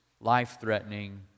life-threatening